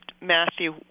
Matthew